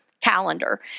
calendar